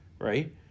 Right